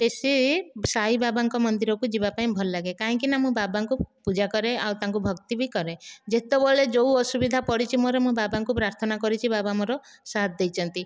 ବେଶି ସାଇ ବାବା ଙ୍କ ମନ୍ଦିର କୁ ଯିବାପାଇଁ ଭଲ ଲାଗେ କାହିଁକି ନା ମୁଁ ବାବା ଙ୍କୁ ପୂଜା କରେ ଆଉ ତାଙ୍କୁ ଭକ୍ତି ବି କରେ ଯେତେବେଳେ ଯେଉଁ ଅସୁବିଧା ପଡିଛି ମୋର ମୁଁ ବାବା ଙ୍କୁ ପ୍ରାର୍ଥନା କରିଛି ବାବା ମୋର ସାଥ୍ ଦେଇଛନ୍ତି